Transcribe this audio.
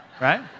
right